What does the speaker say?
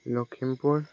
Lakhimpur